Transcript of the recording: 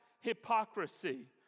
hypocrisy